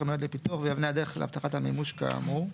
המיועד לפיתוח ואבני הדרך להבטחת המימוש כאמור,